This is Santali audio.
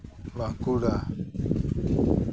ᱵᱟᱸᱠᱩᱲᱟ